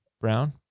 Brown